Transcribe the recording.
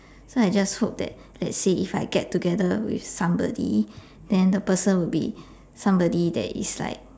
so I just hope that let's say if I get together with somebody then the person would be somebody that is like